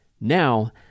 Now